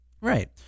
Right